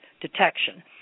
detection